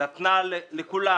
ולתת לכולם,